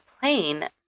plane